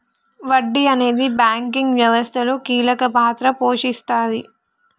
వడ్డీ అనేది బ్యాంకింగ్ వ్యవస్థలో కీలక పాత్ర పోషిస్తాది